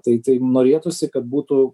tai tai norėtųsi kad būtų